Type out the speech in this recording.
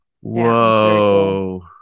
Whoa